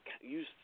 use